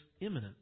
imminent